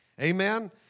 Amen